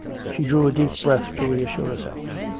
she drew a deep breath to reassure herself.